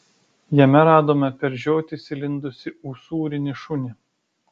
jame radome per žiotis įlindusį usūrinį šunį